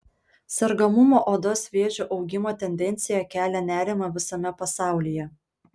sergamumo odos vėžiu augimo tendencija kelia nerimą visame pasaulyje